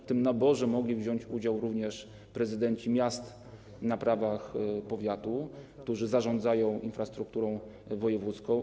W tym naborze mogli wziąć udział również prezydenci miast na prawach powiatu, którzy zarządzają infrastrukturą wojewódzką.